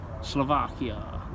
Slovakia